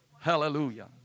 Hallelujah